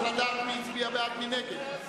אני צריך לדעת מי הצביע בעד ומי נגד.